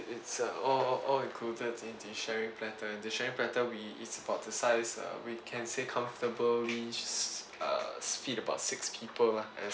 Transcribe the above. it's err all all included in the sharing platter the sharing platter we is about the size uh we can say comfortably uh feed about six people lah as